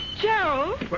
Gerald